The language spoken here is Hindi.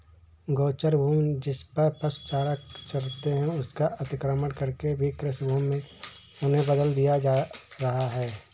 गोचर भूमि, जिसपर पशु चारा चरते हैं, उसका अतिक्रमण करके भी कृषिभूमि में उन्हें बदल दिया जा रहा है